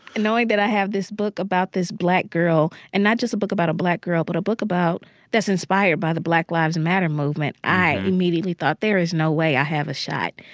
and then knowing that i have this book about this black girl and not just a book about a black girl but a book about that's inspired by the black lives matter movement, i immediately thought there is no way i have a shot.